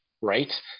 right